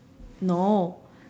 no